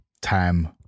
time